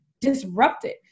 disrupted